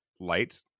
light